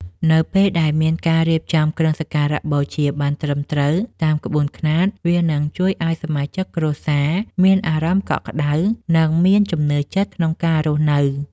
នៅពេលដែលមានការរៀបចំគ្រឿងសក្ការបូជាបានត្រឹមត្រូវតាមក្បួនខ្នាតវានឹងជួយឱ្យសមាជិកគ្រួសារមានអារម្មណ៍កក់ក្តៅ និង មានជំនឿចិត្តក្នុងការរស់នៅ។